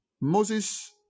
Moses